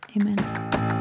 amen